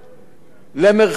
למרחב יפתח,